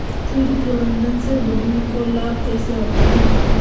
कीट प्रबंधन से भूमि को लाभ कैसे होता है?